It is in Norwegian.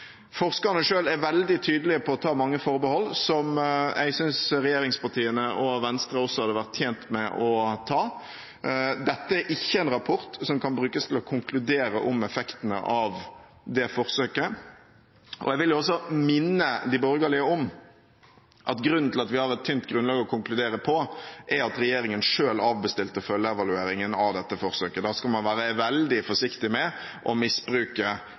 Forskerne selv er veldig tydelig på å ta mange forbehold, som jeg synes regjeringspartiene og Venstre også hadde vært tjent med å ta. Dette er ikke en rapport som kan brukes til å konkludere om effektene av det forsøket. Jeg vil også minne de borgerlige om at grunnen til at vi har et tynt grunnlag å konkludere på, er at regjeringen selv avbestilte en full evaluering av dette forsøket. Da skal man være veldig forsiktig med å misbruke